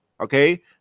Okay